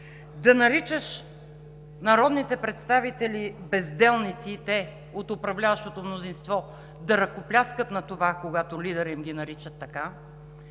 да наричаш народните представители безделници и те, от управляващото мнозинство, да ръкопляскат на това, когато лидерът им ги нарича така.